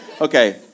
Okay